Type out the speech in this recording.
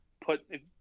put